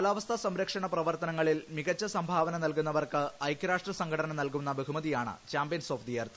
കാലാവസ്ഥാ സംരക്ഷണ പ്രവർത്തനങ്ങളിൽ മികച്ച സംഭാവന നൽകുന്നവർക്ക് ഐകൃരാഷ്ട്ര സംഘടന നൽകുന്ന ബഹുമതിയാണ് ചാമ്പൃൻസ് ഓഫ് ദി എർത്ത്